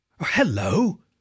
Hello